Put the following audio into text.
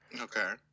Okay